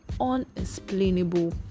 unexplainable